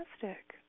Fantastic